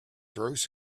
throws